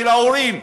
של ההורים,